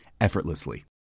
effortlessly